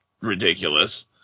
ridiculous